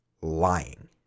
lying